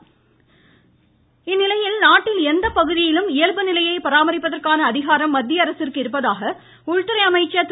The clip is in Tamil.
ராஜ்நாத்சிங் இந்நிலையில் நாட்டில் எந்த பகுதியிலும் இயல்பு நிலையை பராமரிப்பதற்கான அதிகாரம் மத்திய அரசிற்கு உள்ளதாக உள்துறை அமைச்சா் திரு